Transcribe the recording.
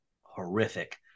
horrific